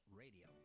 radio